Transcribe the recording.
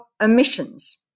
Emissions